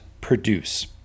produce